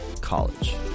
college